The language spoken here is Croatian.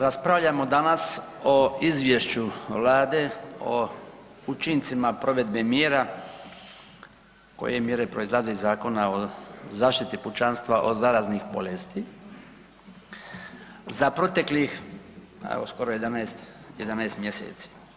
Raspravljamo danas o Izvješću vlade o učincima provedbe mjera koje mjere proizlaze iz Zakona o zaštiti pučanstva od zaraznih bolesti za proteklih evo skoro 11, 11 mjeseci.